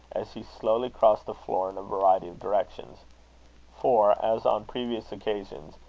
as he slowly crossed the floor in a variety of directions for, as on previous occasions,